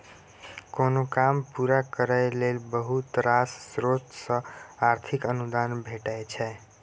कोनो काम पूरा करय लेल बहुत रास स्रोत सँ आर्थिक अनुदान भेटय छै